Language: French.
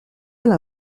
elle